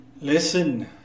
Listen